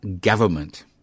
government